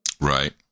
right